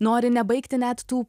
nori nebaigti net tų